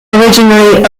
originally